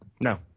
No